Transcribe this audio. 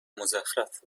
مزخرف